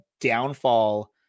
downfall